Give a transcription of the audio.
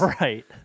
right